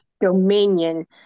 dominion